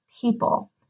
people